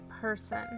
person